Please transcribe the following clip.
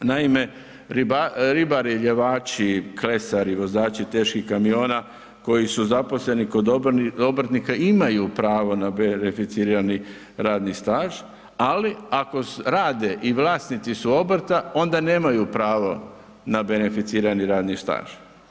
Naime, ribari, ljevači, klesari, vozači teških kamiona koji su zaposleni kod obrtnika imaju pravo na beneficirani radni staž, ali ako rade i vlasnici su obrta onda nemaju pravo na beneficirani radni staž.